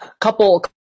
couple